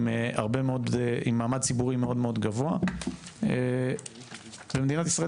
עם מעמד ציבורי מאוד מאוד גבוה ומדינת ישראל